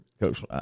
Coach